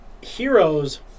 heroes